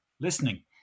listening